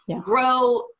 grow